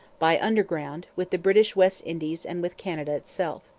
by underground, with the british west indies and with canada itself.